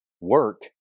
work